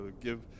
give